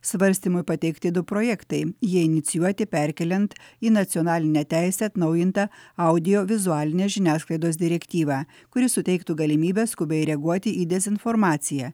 svarstymui pateikti du projektai jie inicijuoti perkeliant į nacionalinę teisę atnaujintą audiovizualinės žiniasklaidos direktyvą kuri suteiktų galimybę skubiai reaguoti į dezinformaciją